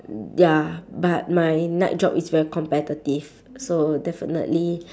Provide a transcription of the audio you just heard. ya but my night job is very competitive so definitely